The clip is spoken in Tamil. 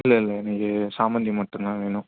இல்லை இல்லை இன்றைக்கி சாமந்தி மட்டுந்தான் வேணும்